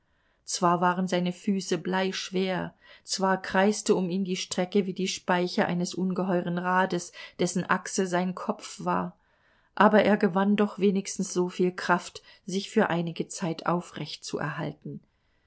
zwar waren seine füße bleischwer zwar kreiste um ihn die strecke wie die speiche eines ungeheuren rades dessen achse sein kopf war aber er gewann doch wenigstens so viel kraft sich für einige zeit aufrechtzuerhalten der